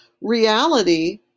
reality